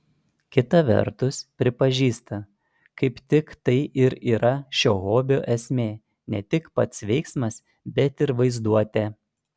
kita vertus pripažįsta kaip tik tai ir yra šio hobio esmė ne tik pats veiksmas bet ir vaizduotė